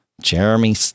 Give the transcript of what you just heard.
Jeremy